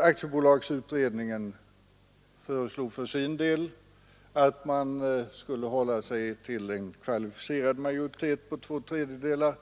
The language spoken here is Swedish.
Aktiebolagsutredningen föreslog för sin del att man skulle hålla sig till en kvalificerad majoritet på två tredjedelar